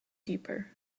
deeper